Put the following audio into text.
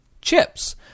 chips